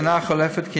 בשנה החולפת קיימנו,